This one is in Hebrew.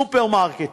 סופרמרקטים,